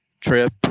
trip